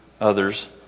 others